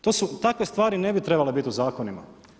To su, takve stvari ne bi trebale biti u zakonima.